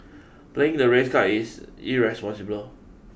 playing the race card is irresponsible